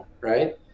right